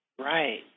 Right